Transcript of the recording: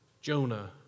Jonah